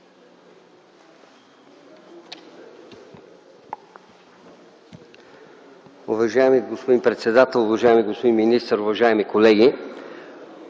Уважаеми господин председател, уважаеми господин министър, уважаеми колеги!